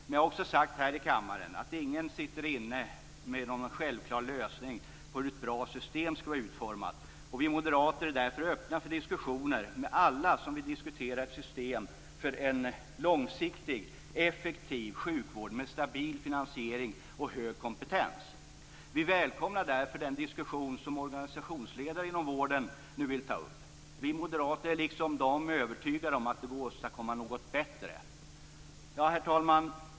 Men jag har också sagt här i kammaren att ingen sitter inne med någon självklar lösning för hur ett bra system skall vara utformat. Vi moderater är därför öppna för diskussioner med alla som vill diskutera ett system för en långsiktig, effektiv sjukvård med stabil finansiering och hög kompetens. Vi välkomnar därför den diskussion som många organisationsledare inom vården nu vill ta upp. Vi moderater är liksom de övertygade om att det går att åstadkomma något bättre. Herr talman!